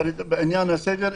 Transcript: בעניין הסגר,